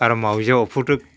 आरो मावजिया उफुद्रुग